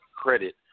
credit